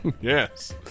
Yes